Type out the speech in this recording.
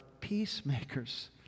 peacemakers